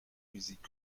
visite